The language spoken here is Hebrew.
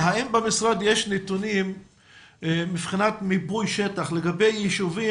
האם במשרד יש נתונים מבחינת מיפוי השטח לגבי ישובים